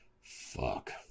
Fuck